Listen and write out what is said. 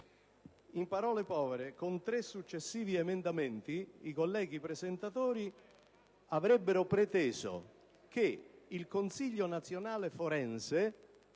In parole povere, con tre successivi emendamenti i colleghi presentatori pretendono che il Consiglio nazionale forense